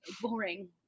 boring